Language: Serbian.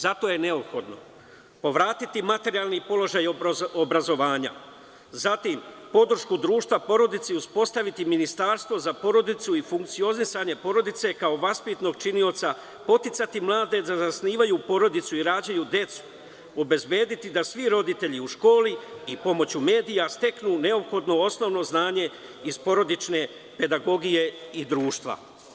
Zato je neophodno povratiti materijalni položaj obrazovanja, zatim, podršku društva porodici i uspostaviti Ministarstvo za porodicu i funkcionisanje porodice kao vaspitnog činioca, podsticati mlade da zasnivaju porodice, rađaju decu i obezbediti da svi roditelji pomoću medija steknu neophodno osnovno obrazovanje iz porodične pedagogije i društva.